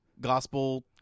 gospel-